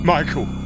Michael